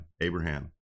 Abraham